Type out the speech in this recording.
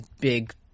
big